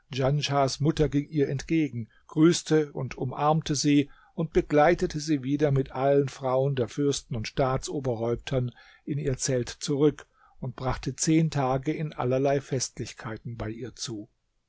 mutter ging ihr entgegen grüßte und umarmte sie und begleitete sie wieder mit allen frauen der fürsten und staatsoberhäuptern in ihr zelt zurück und brachte zehn tage in allerlei festlichkeiten bei ihr zu